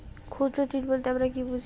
ক্ষুদ্র ঋণ বলতে আমরা কি বুঝি?